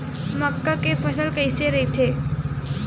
मक्का के फसल कइसे करथे?